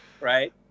right